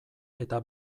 eta